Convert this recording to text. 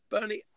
Bernie